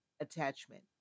Attachment